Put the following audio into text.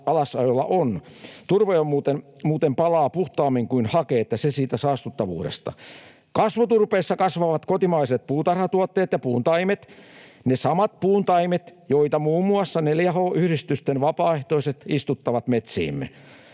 Turvehan muuten palaa puhtaammin kuin hake — että se siitä saastuttavuudesta. Kasvuturpeessa kasvavat kotimaiset puutarhatuotteet ja puuntaimet — ne samat puuntaimet, joita muun muassa 4H-yhdistysten vapaaehtoiset istuttavat metsiimme,